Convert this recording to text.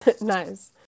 Nice